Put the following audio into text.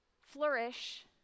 flourish